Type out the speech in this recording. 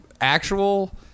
actual